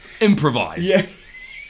improvise